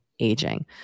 aging